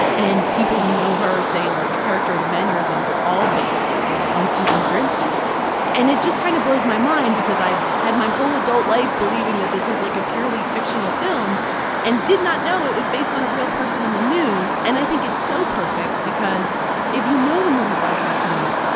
and people who know her say, like, the character and the mannerisms are all based on susan zirinsky and it just kind of blows my mind because i've had my whole adult life believing that this was, like, a purely fictional film and did not know it was based on a real person in the news. and i think it's so perfect because if you know the movie broadcast news,